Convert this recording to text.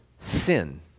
sin